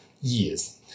years